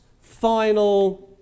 final